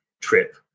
trip